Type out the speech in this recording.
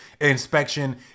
inspection